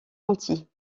antilles